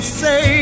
say